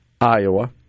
Iowa